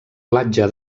platja